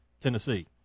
Tennessee